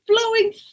flowing